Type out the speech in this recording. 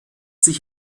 sich